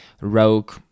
Rogue